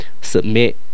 submit